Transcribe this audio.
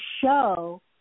show